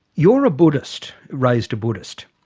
you're a buddhist, raised a buddhist.